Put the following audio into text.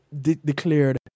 declared